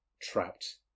trapped